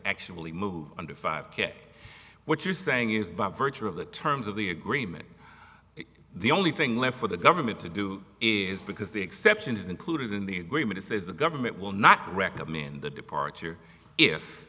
actually move under five k what you're saying is by virtue of the terms of the agreement the only thing left for the government to do is because the exceptions included in the agreement says the government will not recommend the departure if